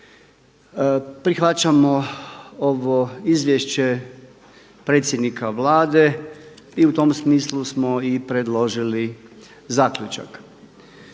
prihvaćamo ovo izvješće predsjednika Vlade i u tom smislu smo i predložili zaključak.